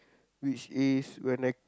which is when I